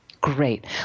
great